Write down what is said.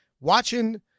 watching